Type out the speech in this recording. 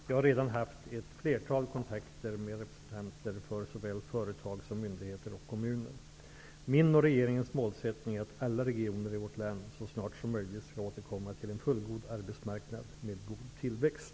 Jag har redan haft ett flertal kontakter med representanter för såväl företag som myndigheter och kommuner. Min och regeringens målsättning är att alla regioner i vårt land så snart som möjligt skall återkomma till en fullgod arbetsmarknad med god tillväxt.